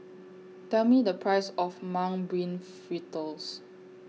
Tell Me The Price of Mung Bean Fritters